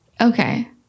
Okay